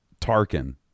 Tarkin